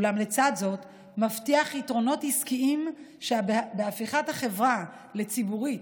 אולם לצד זאת מבטיח יתרונות עסקיים שבהפיכת החברה לציבורית,